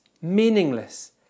meaningless